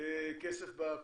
כסף בקופה.